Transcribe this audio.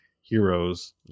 heroes